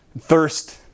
Thirst